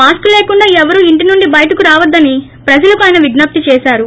mask లేకుండా ఎవరూ ఇంటి నుండి బయటకు రావొద్గని ప్రజలకు ఆయన విజ్ఞప్తి చేశారు